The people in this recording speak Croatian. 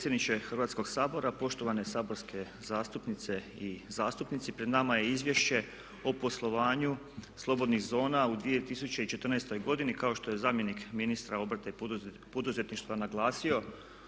Hrvatskog sabora, poštovane saborske zastupnice i zastupnici. Pred nama je Izvješće o poslovanju slobodnih zona u 2014. godini. Kao što je zamjenik ministra obrta i poduzetništva naglasio